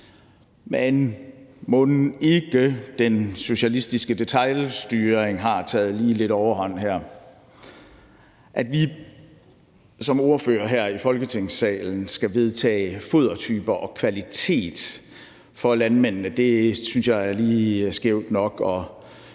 mon ikke den socialistiske detailstyring har taget lige lidt overhånd her? At vi som ordførere her i Folketingssalen skal vedtage fodertyper og kvalitet for landmændene, synes jeg er lige skævt nok,